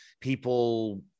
people